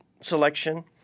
selection